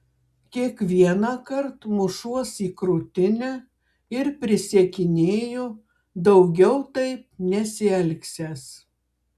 kiekvienąkart mušuos į krūtinę ir prisiekinėju daugiau taip nesielgsiąs